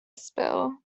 spill